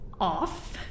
off